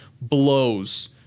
blows